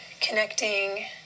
connecting